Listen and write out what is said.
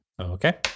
Okay